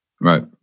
Right